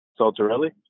Saltarelli